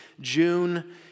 June